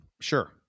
Sure